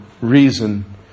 reason